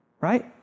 Right